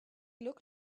look